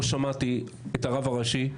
לא שמעתי את הרב הראשי,